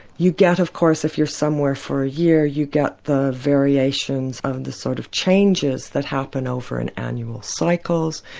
you get of course, if you're somewhere for a year, you get the variations of the sort of changes that happen over and annual cycles,